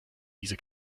diese